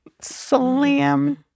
Slam